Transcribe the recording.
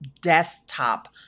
desktop